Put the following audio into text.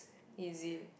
easy